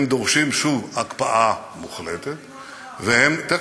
הם דורשים שוב הקפאה מוחלטת, והם, על מדינות ערב.